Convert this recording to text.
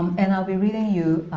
and i'll be reading you